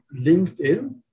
LinkedIn